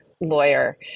lawyer